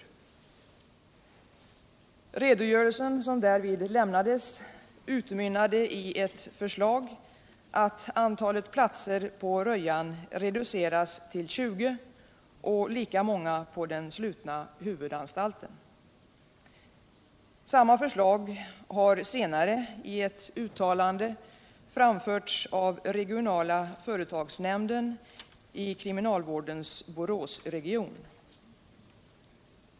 Den redogörelse som därvid lämnades utmynnade i ett förslag att antalet platser på Rödjan reducerades till 20 och lika många på den slutna huvudanstalten. Samma förslag har senare i ett uttalande framförts av regionala företagsnämnden i kriminalvårdens Boråsregion.